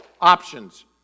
Options